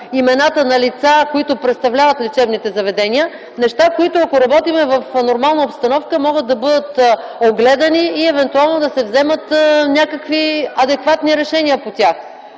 имената на лица, които представляват лечебните заведения – неща, които, ако работим в нормална обстановка, могат да бъдат огледани и евентуално да се вземат някакви адекватни решения по тях.